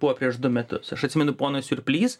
buvo prieš du metus aš atsimenu ponas siurplys